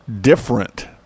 different